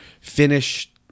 finish